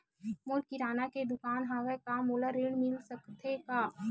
मोर किराना के दुकान हवय का मोला ऋण मिल सकथे का?